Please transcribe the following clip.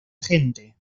gente